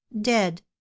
dead